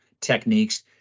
techniques